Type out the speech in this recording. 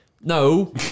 No